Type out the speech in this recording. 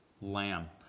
lamb